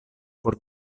por